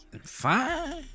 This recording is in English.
Fine